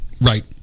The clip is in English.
right